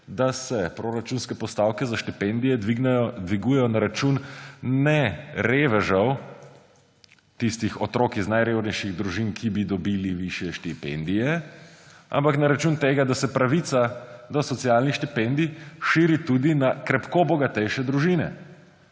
da se proračunske postavke za štipendije dvigujejo ne na račun revežev, tistih otrok iz najrevnejših družin, ki bi dobili višje štipendije, ampak na račun tega, da se pravica do socialnih štipendij širi tudi na krepko bogatejše družine.